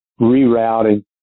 rerouting